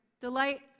delight